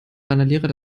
randalierer